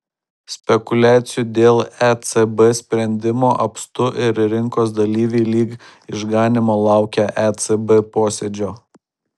spekuliacijų dėl ecb sprendimo apstu ir rinkos dalyviai lyg išganymo laukia ecb posėdžio